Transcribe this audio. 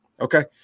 okay